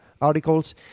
articles